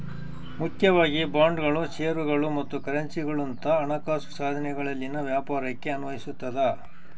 ಮುಖ್ಯವಾಗಿ ಬಾಂಡ್ಗಳು ಷೇರುಗಳು ಮತ್ತು ಕರೆನ್ಸಿಗುಳಂತ ಹಣಕಾಸು ಸಾಧನಗಳಲ್ಲಿನ ವ್ಯಾಪಾರಕ್ಕೆ ಅನ್ವಯಿಸತದ